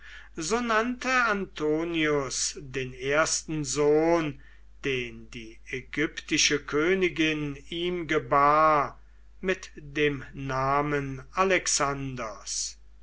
antonius den ersten sohn den die ägyptische königin ihm gebar mit dem namen alexanders